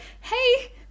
hey